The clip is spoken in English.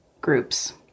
groups